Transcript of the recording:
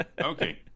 Okay